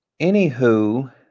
anywho